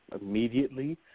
immediately